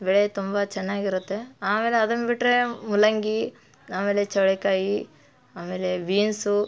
ಬೆಳೆ ತುಂಬ ಚೆನ್ನಾಗಿರುತ್ತೆ ಆಮೇಲೆ ಅದನ್ನ ಬಿಟ್ರೆ ಮೂಲಂಗಿ ಆಮೇಲೆ ಚೌಳಿಕಾಯಿ ಆಮೇಲೆ ಬೀನ್ಸು